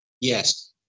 Yes